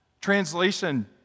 translation